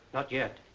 not yet.